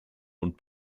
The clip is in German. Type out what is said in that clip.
und